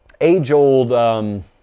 age-old